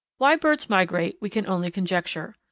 why birds migrate we can only conjecture.